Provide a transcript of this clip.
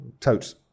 totes